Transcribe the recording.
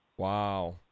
wow